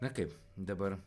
na kaip dabar